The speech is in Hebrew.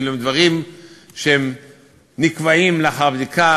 אלו הם דברים שנקבעים לאחר בדיקה,